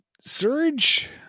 Surge